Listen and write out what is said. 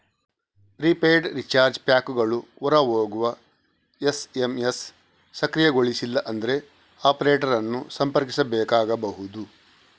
prepaid recharge ಪ್ಯಾಕುಗಳು ಹೊರ ಹೋಗುವ ಎಸ್.ಎಮ್.ಎಸ್ ಸಕ್ರಿಯಗೊಳಿಸಿಲ್ಲ ಅಂದ್ರೆ ಆಪರೇಟರ್ ಅನ್ನು ಸಂಪರ್ಕಿಸಬೇಕಾಗಬಹುದು